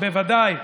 בוודאי.